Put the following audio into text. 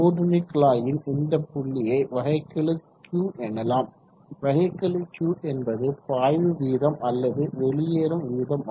கூர்நுனிக்குழாயின் இந்த பள்ளியை வகைக்கெழு Q எனலாம் வகைக்கெழு Q என்பது பாய்வு வீதம் அல்லது வெளியேறும் வீதம்